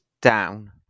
down